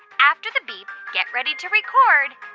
after the beep, get ready to record